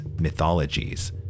mythologies